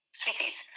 sweeties